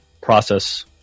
process